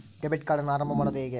Debit ಕಾರ್ಡನ್ನು ಆರಂಭ ಮಾಡೋದು ಹೇಗೆ?